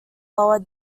lower